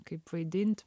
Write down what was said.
kaip vaidint